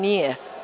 Nije.